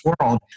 world